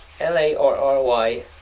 L-A-R-R-Y